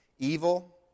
Evil